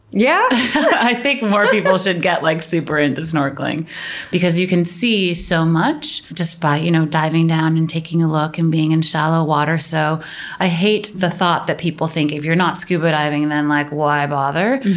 yeah i think more people should get like super into snorkeling because you can see so much just by you know diving down and taking a look and being in shallow water. so i hate the thought that people think that if you're not scuba diving then like why bother.